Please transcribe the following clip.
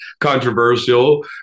controversial